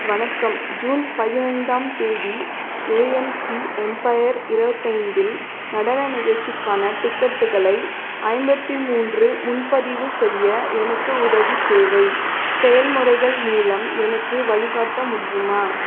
வணக்கம் ஜூன் பதினைந்தாம் தேதி ஏஎம்சி எம்பயர் இருபத்தைந்தில் நடன நிகழ்ச்சிக்கான டிக்கெட்டுகளை ஐம்பத்தி மூன்று முன்பதிவு செய்ய எனக்கு உதவி தேவை செயல்முறைகள் மூலம் எனக்கு வழிகாட்ட முடியுமா